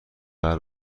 آنها